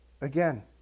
Again